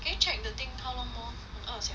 can you check the thing how long more 饿 sia